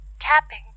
Tapping